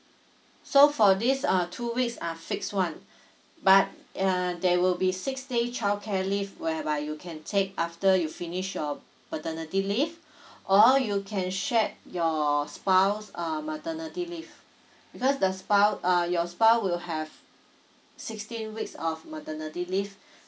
so for this uh two weeks are fixed ones but uh there will be six day childcare leave whereby you can take after you finish your maternity leave or you can share your spouse um maternity leave because the spouse uh your spouse will have sixteen weeks of maternity leave